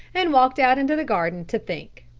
and walked out into the garden to think.